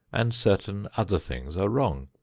and certain other things are wrong.